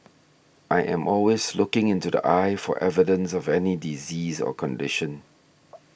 I am always looking into the eye for evidence of any disease or condition